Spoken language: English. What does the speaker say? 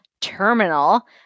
Terminal